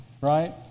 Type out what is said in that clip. right